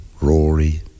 Rory